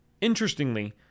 interestingly